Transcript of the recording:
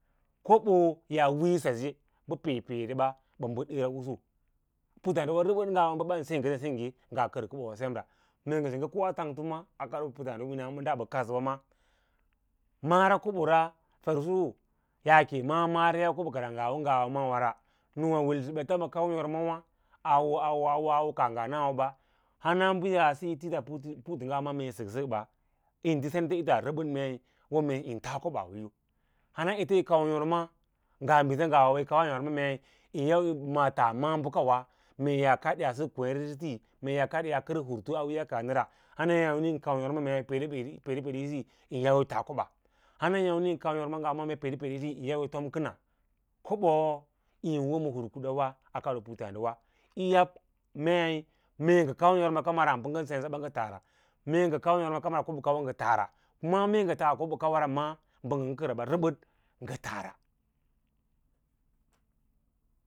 Koba yaa wiiyo saye pə peepee ba ya bəf eẽ lusu, putlaadiwa rəbəd ngawa bə ɓan senggə sen sengge ngah kən kobo wa sem ra mee ngə sengge koa tangto ma an kad puttadiga wina bəda bə kadəwa ma mara kobo ra fer luso yaake maa mára kobo kəra nga líwâ maa wara nûwâ wilsə ma kau yorma wa awo awe awo kaa nga nawaso ba hana bə yaasa yi tisa putu ngawa maa man yin sək sək ɓa ə nɗə sen ts ta nələv twa ko ba wííyə, hana ete yí kau yor ma ngab bísa ngawasə yi kawa yor ma mee’ yi yau yil ma’a bəkawa a kad ya sək kivěl resí mee yi kad yaa hurtu a kaani la yana yâmmi yu̍ kau yôrma ngawa mas pedepede isi yi laã kobas hana yàmni yí yau yi me ya kau yôma pedepede ꞌisi yím yau yi tom kənaa kobo yin wo ma hur kudawa a puttǎǎ ɗiwa yi yab mee mee kau yǒma kama ra pə ngən sen sə ba ngə taara mee ngə kau yəma kama ra kobo ngəɗaara kura mee ngə tas kobo kawa na ma mbə ngən kərəəba ngə taara.